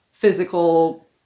physical